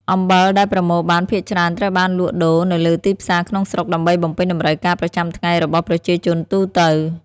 អំបិលដែលប្រមូលបានភាគច្រើនត្រូវបានលក់ដូរនៅលើទីផ្សារក្នុងស្រុកដើម្បីបំពេញតម្រូវការប្រចាំថ្ងៃរបស់ប្រជាជនទូទៅ។